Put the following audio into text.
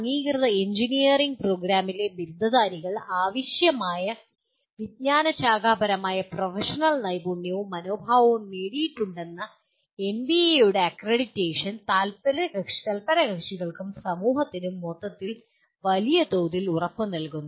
അംഗീകൃത എഞ്ചിനീയറിംഗ് പ്രോഗ്രാമിലെ ബിരുദധാരികൾ ആവശ്യമായ വിജ്ഞാനശാഖപരമായ പ്രൊഫഷണൽ നൈപുണ്യവും മനോഭാവവും നേടിയിട്ടുണ്ടെന്ന് എൻബിഎയുടെ അക്രഡിറ്റേഷൻ തത്പരകക്ഷികൾക്കും സമൂഹത്തിനും മൊത്തത്തിൽ വലിയ തോതിൽ ഉറപ്പുനൽകുന്നു